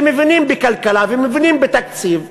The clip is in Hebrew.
שמבינים בכלכלה, ומבינים בתקציב,